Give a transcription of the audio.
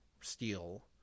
steel